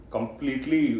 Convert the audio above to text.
Completely